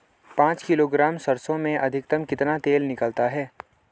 पाँच किलोग्राम सरसों में अधिकतम कितना तेल निकलता है?